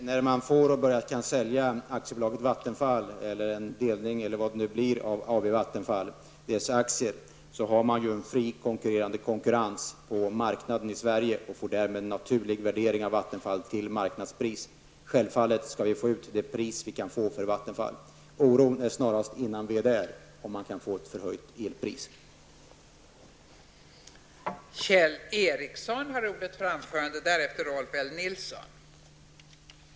Fru talman! Vid en försäljning av aktiebolaget Vattenfalls aktier, eller om det nu blir delning eller vad det kan vara fråga om, får man, eftersom det råder fri konkurrens på marknaden i Sverige, en naturlig värdering av Vattenfall, till marknadspris. Självfallet skall vi se till att det går att få ut vad som är möjligt. Men innan vi har kommit dithän är det snarast berättigat att hysa oro för att elpriset blir högre.